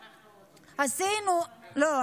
לא,